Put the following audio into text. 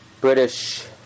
British